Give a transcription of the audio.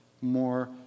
more